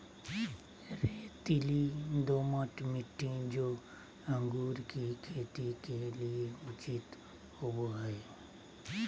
रेतीली, दोमट मिट्टी, जो अंगूर की खेती के लिए उचित होवो हइ